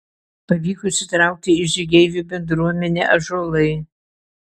pavyko įsitraukti į žygeivių bendruomenę ąžuolai